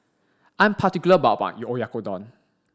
I'm particular about my Oyakodon